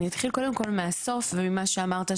אני אתחיל קודם כל מהסוף וממה שאמרת,